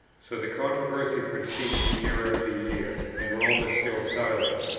so the controversy proceeds year after year, and rome is still silent.